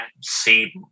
see